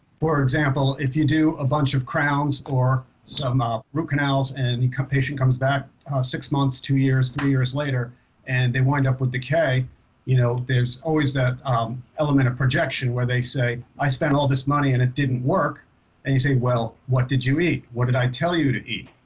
for example if you do a bunch of crowns or some ah root canals and you come patient comes back six months two years three years later and they wind up with decay you know there's always that element of projection where they say i spent all this money and it did work and you say well what did you eat what did i tell you to eat.